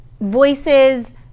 voices